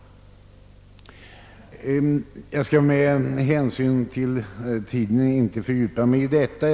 Jag skall med hänsyn till tiden dock inte fördjupa mig i detta ämne.